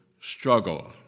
struggle